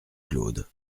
claude